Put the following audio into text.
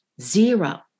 zero